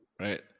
right